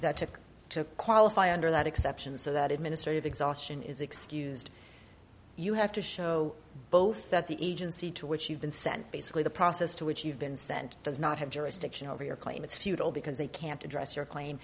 that took to qualify under that exception so that administrative exhaustion is excused you have to show both that the agency to which you've been sent basically the process to which you've been sent does not have jurisdiction over your claim it's futile because they can't address your claim